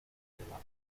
amistad